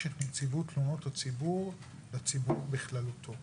את נציבות תלונות הציבור לציבור בכללותו.